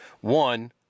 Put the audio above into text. One